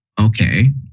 okay